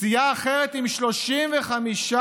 לסיעה אחרת עם 35 מנדטים,